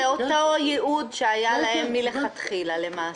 לאותו ייעוד שהיה להם מלכתחילה למעשה.